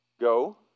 go